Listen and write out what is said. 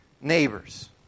neighbors